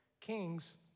Kings